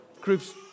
groups